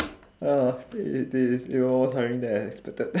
uh it it it is it was more tiring than I expected